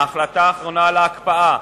ההחלטה האחרונה על ההקפאה,